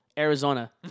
Arizona